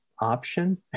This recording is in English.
option